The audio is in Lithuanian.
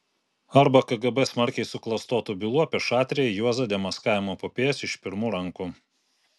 arba kgb smarkiai suklastotų bylų apie šatriją juozą demaskavimų epopėjas iš pirmų rankų